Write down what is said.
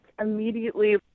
immediately